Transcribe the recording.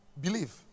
Believe